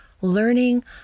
learning